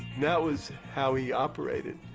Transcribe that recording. that was how he operated,